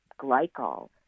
glycol